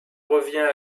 revient